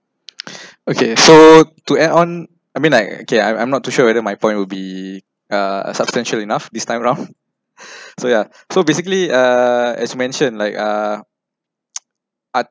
okay so to add on I mean like okay I'm I'm not too sure whether my point will be uh a substantial enough this time round so yeah so basically uh as mentioned like uh art